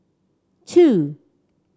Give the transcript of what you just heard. two